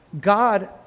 God